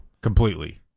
Completely